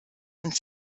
und